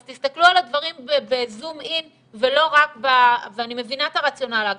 אז תסתכלו על הדברים בזום אין ולא רק ב ואני מבינה את הרציונל אגב,